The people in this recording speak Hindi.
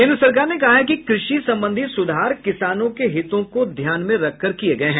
केन्द्र सरकार ने कहा है कि कृषि संबंधी सूधार किसानों के हितों को ध्यान में रखकर किए गए हैं